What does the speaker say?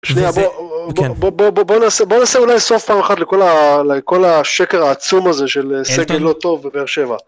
שנייה בוא בוא בוא בוא בוא בוא נעשה בוא נעשה אולי סוף פעם אחת לכל ה לכל השקר העצום הזה של סגל לא טוב ובאר שבע.